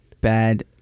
bad